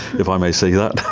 if i may say that.